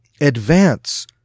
advance